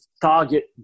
target